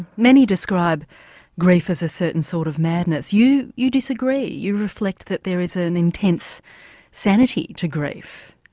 many describe grief as a certain sort of madness. you you disagree you reflect that there is ah an intense sanity to grief.